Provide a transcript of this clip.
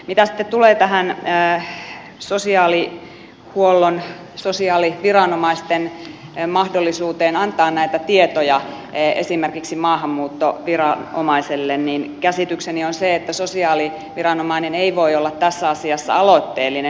mitä sitten tulee tähän sosiaalihuollon sosiaaliviranomaisten mahdollisuuteen antaa näitä tietoja esimerkiksi maahanmuuttoviranomaiselle niin käsitykseni on se että sosiaaliviranomainen ei voi olla tässä asiassa aloitteellinen